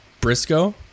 Briscoe